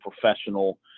professional